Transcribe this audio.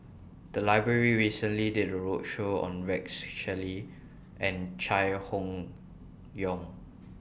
The Library recently did A roadshow on Rex Shelley and Chai Hon Yoong